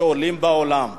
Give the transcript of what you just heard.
עולים בעולם.